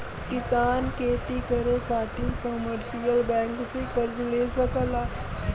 किसान खेती करे खातिर कमर्शियल बैंक से कर्ज ले सकला